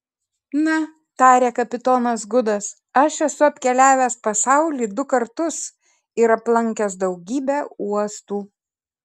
na tarė kapitonas gudas aš esu apkeliavęs pasaulį du kartus ir aplankęs daugybę uostų